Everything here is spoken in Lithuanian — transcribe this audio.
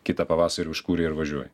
kitą pavasarį užkūrei ir važiuoji